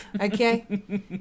Okay